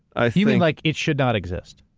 ah you mean like, it should not exist.